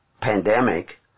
pandemic